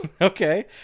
Okay